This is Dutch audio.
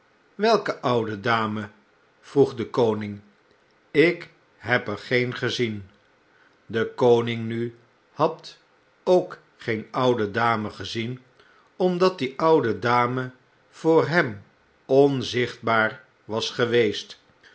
welke oude dame vroeg de koning lk heb er geen gezien de koning nu had ook geen oude dame gezien omdat die oude dame voor hem onzichtbaar was geweest